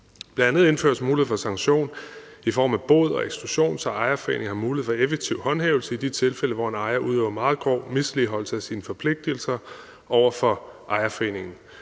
Bl.a. indføres der mulighed for sanktion i form af bod og eksklusion, så ejerforeninger har mulighed for en effektiv håndhævelse i de tilfælde, hvor en ejer udøver meget grov misligholdelse af sine forpligtelser over for ejerforeningen.